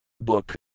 BOOK